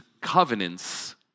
covenants